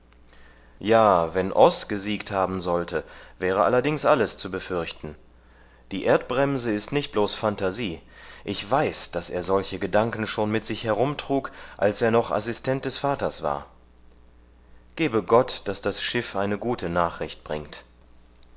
ja wenn oß gesiegt haben sollte wäre allerdings alles zu befürchten die erdbremse ist nicht bloß phantasie ich weiß daß er solche gedanken schon mit sich herumtrug als er noch assistent des vaters war gebe gott daß das schiff eine gute nachricht bringt